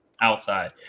Outside